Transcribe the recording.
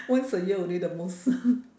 once a year only the most